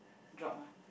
drop ah